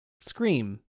Scream